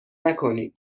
نکنین